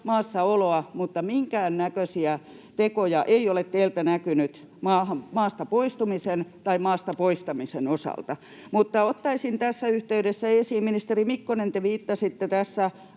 maassaoloa mutta minkäännäköisiä tekoja ei ole teiltä näkynyt maasta poistumisen tai maasta poistamisen osalta. Mutta ottaisin tässä yhteydessä esiin, kun te, ministeri Mikkonen, viittasitte tässä